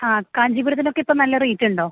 ആ കാഞ്ചീപുരത്തിനൊക്കെ ഇപ്പോള് നല്ല റേയ്റ്റുണ്ടോ